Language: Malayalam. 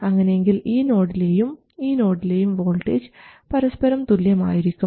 അങ്ങനെയെങ്കിൽ ഈ നോഡിലെയും ഈ നോഡിലെയും വോൾട്ടേജ് പരസ്പരം തുല്യമായിരിക്കും